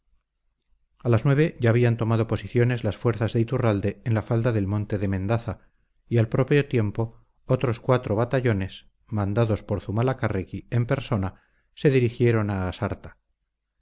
a las nueve ya habían tomado posiciones las fuerzas de iturralde en la falda del monte de mendaza y al propio tiempo otros cuatro batallones mandados por zumalacárregui en persona se dirigieron a asarta